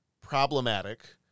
problematic